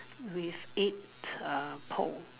with eight uh pole